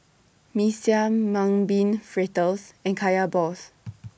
Mee Siam Mung Bean Fritters and Kaya Balls